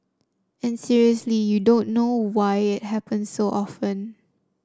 and seriously you don't know why it happens so often